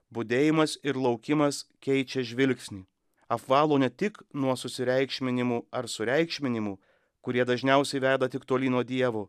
budėjimas ir laukimas keičia žvilgsnį apvalo ne tik nuo susireikšminimų ar sureikšminimų kurie dažniausiai veda tik tolyn nuo dievo